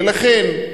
ולכן,